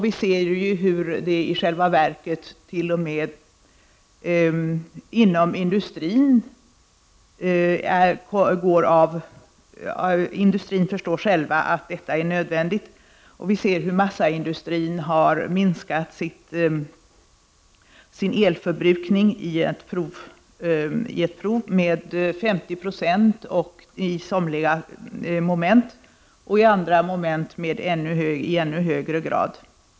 Vi ser ju hur man inom industrin förstår att detta är nödvändigt. Massaindustrin har på prov minskat sin elförbrukning med 50 26 i somliga moment och i andra moment i ännu högre grad.